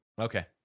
Okay